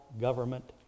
government